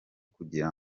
kugira